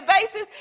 basis